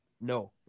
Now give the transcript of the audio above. No